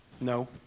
No